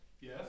Yes